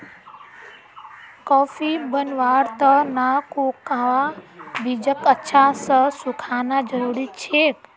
coffee बनव्वार त न कोकोआ बीजक अच्छा स सुखना जरूरी छेक